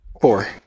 Four